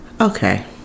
okay